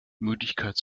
müdigkeit